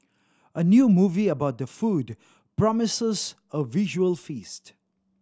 a new movie about the food promises a visual feast